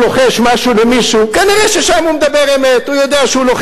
יש כלי חוקי, הוא יכול להכריז עליהם כמונופול.